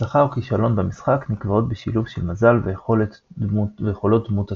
הצלחה או כישלון במשחק נקבעות בשילוב של מזל ויכולות דמות השחקן,